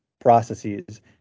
processes